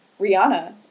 Rihanna